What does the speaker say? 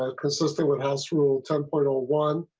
ah chris is there what else rule to a little one.